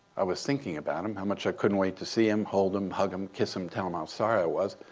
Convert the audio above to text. i was thinking about him, how much i couldn't wait to see him, hold him, hug him, kiss him, tell him how sorry i was.